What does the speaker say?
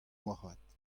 moarvat